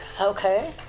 Okay